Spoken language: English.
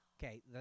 Okay